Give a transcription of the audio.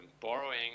borrowing